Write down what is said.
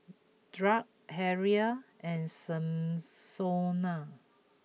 Drake Harrell and